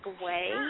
away